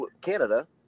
canada